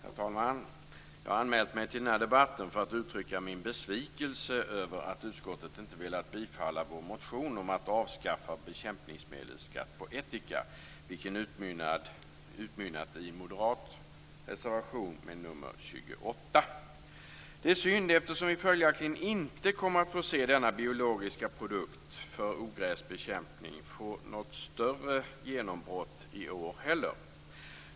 Herr talman! Jag har anmält mig till den här debatten för att uttrycka min besvikelse över att utskottet inte har velat bifalla vår motion om att avskaffa bekämpningsmedelsskatt på ättika, vilken utmynnat i en moderat reservation med nr 28. Det är synd, eftersom vi följaktligen inte kommer att få se denna biologiska produkt för ogräsbekämpning få något större genombrott i år heller.